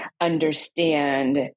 understand